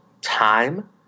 time